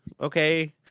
okay